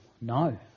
No